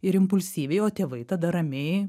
ir impulsyviai o tėvai tada ramiai